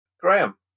Graham